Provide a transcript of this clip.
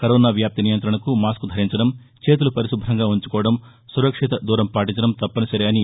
corona వ్యాప్తి నియంత్రణకు mask ధరించడం చేతులు పరిశు భ్రంగా ఉంచుకోవడం సురక్షిత దూరం పాటించడం తప్పనిసరి అని